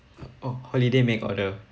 oh holiday make order